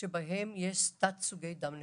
שבהן יש תת-סוגי דם נפוצים.